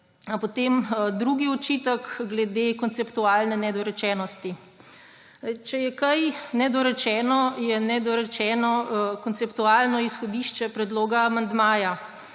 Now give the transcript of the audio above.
Drugi očitek. Glede konceptualne nedorečenosti. Če je kaj nedorečeno, je nedorečeno konceptualno izhodišče predloga amandmaja,